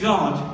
God